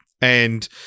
And-